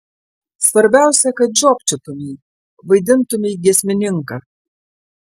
svarbiausia kad žiopčiotumei vaidintumei giesmininką